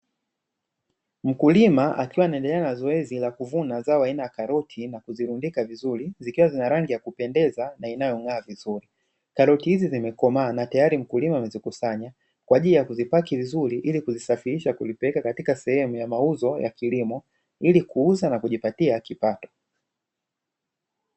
Mkulima akiwa anaendelea na zoezi la kuvuna zao aina ya karoti na kuzirundika vizuri zikiwa na rangi ya kupendeza na inayong'aa vizuri. Karoti hizi zimekomaa na tayari mkulima amezikusanya kwa ajili ya kuzipaki vizuri ili kuzisafirisha kuzipeleka katika sehemu ya mauzo ya kilimo, ili kuuza na kujipatia kipato.